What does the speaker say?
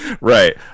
Right